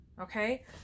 Okay